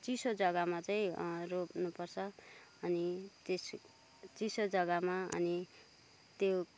चिसो जग्गामा चाहिँ रोप्नुपर्छ अनि त्यस चिसो जग्गामा अनि त्यो